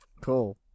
Cool